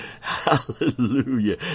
hallelujah